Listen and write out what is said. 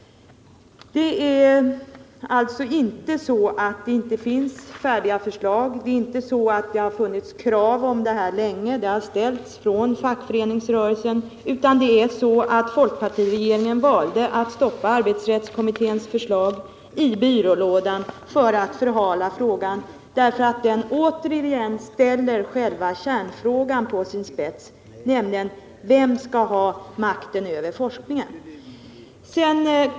Det är alltså inte så att det saknas färdiga förslag. Krav har också ställts sedan länge från fackföreningsrörelsen. Men folkpartiregeringen valde att stoppa arbetsrättskommitténs förslag i byrålådan för att förhala frågan, av det skälet att kommitténs förslag ställer själva kärnfrågan på sin spets, nämligen: Vem skall ha makten över forskningen?